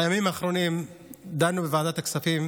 בימים האחרונים דנו בוועדת הכספים